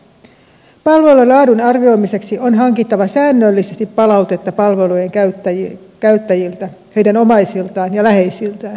palvelujen laadun arvioimiseksi on hankittava säännöllisesti palautetta palvelujen käyttäjiltä heidän omaisiltaan ja läheisiltään sekä vanhusneuvostoilta